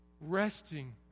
resting